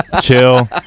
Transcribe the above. chill